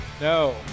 no